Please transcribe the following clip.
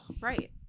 Right